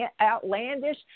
outlandish